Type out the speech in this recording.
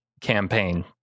campaign